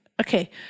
Okay